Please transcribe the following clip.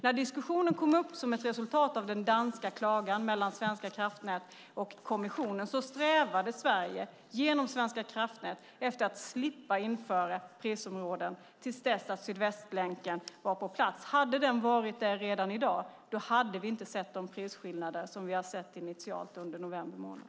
När diskussionen kom upp som ett resultat av den danska klagan mellan Svenska kraftnät och kommissionen strävade Sverige genom Svenska kraftnät efter att slippa införa elprisområden tills Sydvästlänken var på plats. Hade den varit där redan i dag hade vi inte sett de prisskillnader som vi har sett initialt under november månad.